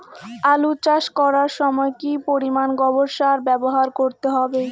আলু চাষ করার সময় কি পরিমাণ গোবর সার ব্যবহার করতে হবে?